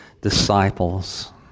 disciples